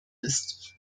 ist